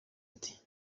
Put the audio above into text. ati